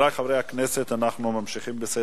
9, אין מתנגדים, אין נמנעים.